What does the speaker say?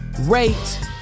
rate